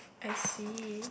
I see